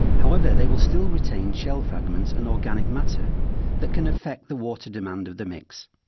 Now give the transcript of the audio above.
however, they will still retain shell fragments and organic matter that can affect the water demand of the mix.